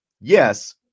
Yes